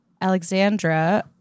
Alexandra